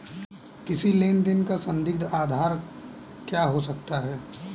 किसी लेन देन का संदिग्ध का आधार क्या हो सकता है?